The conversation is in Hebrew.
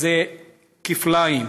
זה כפליים.